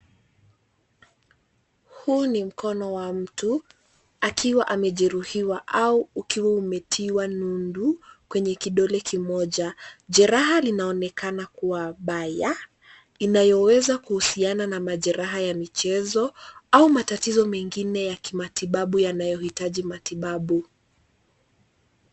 Huu ni mkono wa mtu akiwa amejeruhiwa au ukiwa umetiwa nundu kwenye kidole kimoja. Jeraha linaonekana kuwa mbaya inayoweza kuhusiana na majeraha ya mchezo au matatizo mengine ya kimatibabu yanayoitaji matibabu.